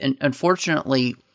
unfortunately